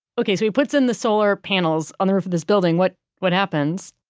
okay, so he puts in the solar panels on the roof of this building. what what happens?